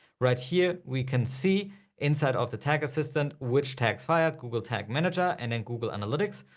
right here we can see inside of the tag assistant, which tags fired google tag manager and and google analytics.